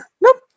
nope